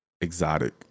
exotic